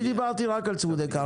אני דיברתי רק על צמודי קרקע.